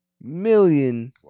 million